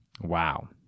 wow